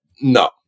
no